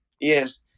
Yes